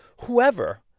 whoever